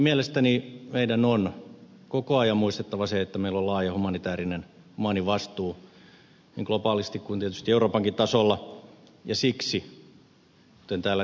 ensinnäkin mielestäni meidän on koko ajan muistettava se että meillä on laaja humanitäärinen humaani vastuu niin globaalisti kuin tietysti euroopankin tasolla ja siksi kuten täällä esimerkiksi ed